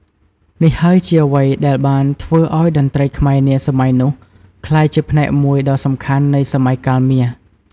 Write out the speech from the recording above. នេះហើយជាអ្វីដែលបានធ្វើឱ្យតន្ត្រីខ្មែរនាសម័យនោះក្លាយជាផ្នែកមួយដ៏សំខាន់នៃ "សម័យកាលមាស"។